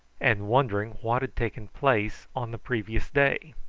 and wondering what had taken place on the previous day.